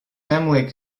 family